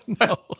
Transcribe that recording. no